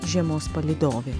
žiemos palydovė